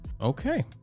Okay